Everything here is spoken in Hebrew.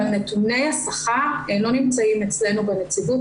אבל נתוני השכר לא נמצאים אצלנו בנציבות,